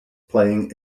playing